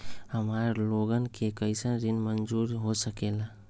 हमार लोगन के कइसन ऋण मंजूर हो सकेला?